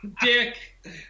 Dick